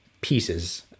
pieces